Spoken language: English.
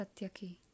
Satyaki